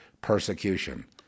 persecution